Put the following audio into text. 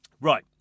Right